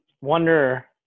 wonder